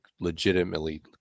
legitimately